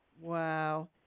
wow